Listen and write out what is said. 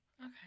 Okay